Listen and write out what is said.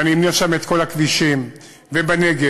אם אני אמנה שם את כל הכבישים, ובנגב,